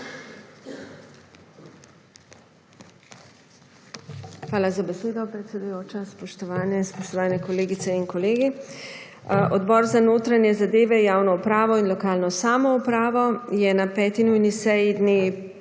Hvala za besedo, predsedujoča. Spoštovani kolegice in kolegi! Odbor za notranje zadeve, javno upravo in lokalno samoupravo je na 5. nujni seji dne